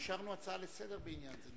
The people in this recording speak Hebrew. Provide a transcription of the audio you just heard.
אישרנו הצעה לסדר-היום בעניין זה.